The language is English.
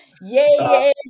yay